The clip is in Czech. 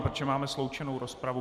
Protože máme sloučenou rozpravu.